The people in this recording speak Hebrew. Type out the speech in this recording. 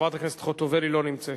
חברת הכנסת חוטובלי, לא נמצאת.